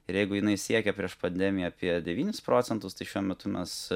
ir jeigu jinai siekė prieš pandemiją apie devynis procentus tai šiuo metu mes